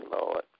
Lord